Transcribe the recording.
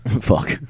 Fuck